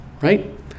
Right